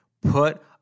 put